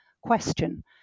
question